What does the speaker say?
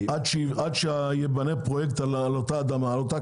עד שיבנה הפרויקט על אותה אדמה, על אותה קרקע.